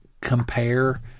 compare